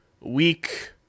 week